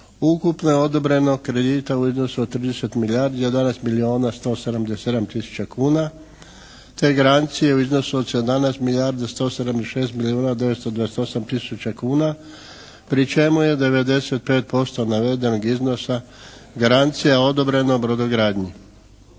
ukupno je odobreno kredita u iznosu od 30 milijardi, 11 milijuna 177 tisuća kuna te garanciju u iznosu od 17 milijardi 176 milijuna 928 tisuća kuna pri čemu je 95% navedenog iznosa garancija odobrena u brodogradnji.